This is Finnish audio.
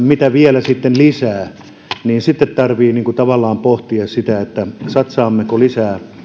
mitä vielä lisää sitten tarvitsee tavallaan pohtia sitä satsaammeko lisää